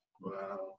Wow